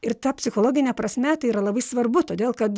ir ta psichologine prasme tai yra labai svarbu todėl kad